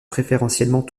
préférentiellement